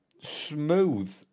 smooth